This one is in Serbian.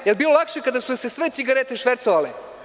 Da li je bilo lakše kada se sve cigarete švercovale?